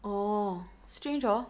oh strange hor